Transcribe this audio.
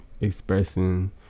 expressing